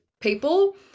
people